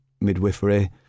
midwifery